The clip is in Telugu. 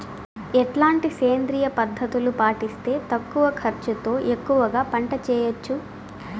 ఎట్లాంటి సేంద్రియ పద్ధతులు పాటిస్తే తక్కువ ఖర్చు తో ఎక్కువగా పంట చేయొచ్చు?